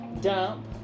dump